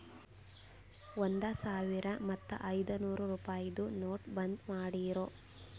ಒಂದ್ ಸಾವಿರ ಮತ್ತ ಐಯ್ದನೂರ್ ರುಪಾಯಿದು ನೋಟ್ ಬಂದ್ ಮಾಡಿರೂ